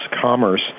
commerce